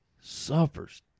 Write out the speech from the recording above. suffers